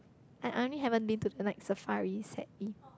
I I only haven't been to the Night-Safari sadly